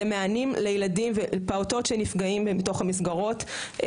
זה מענים לילדים ופעוטות שנפגעים בתוך המסגרות,